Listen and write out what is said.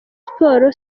siporo